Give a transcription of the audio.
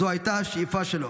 זו הייתה השאיפה שלו.